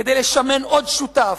כדי לשמן עוד שותף,